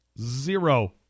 zero